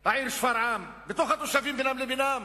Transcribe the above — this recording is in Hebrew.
העיר שפרעם, בתוך התושבים, בינם לבינם.